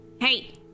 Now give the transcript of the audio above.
Hey